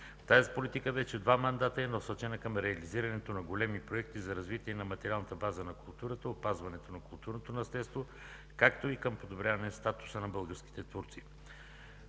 Тази политика вече два мандата е насочена към реализирането на големи проекти за развитие на материалната база на културата, опазването на културното наследство, както и към подобряване статуса на българските турци.